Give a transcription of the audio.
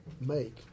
make